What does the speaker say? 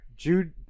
Jude